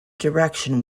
direction